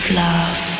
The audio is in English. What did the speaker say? love